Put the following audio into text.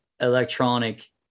electronic